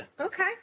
Okay